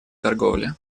торговли